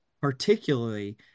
particularly